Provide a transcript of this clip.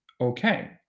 Okay